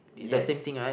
yes